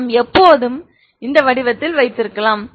நாம் எப்போதும் இந்த வடிவத்தில் வைக்கலாம்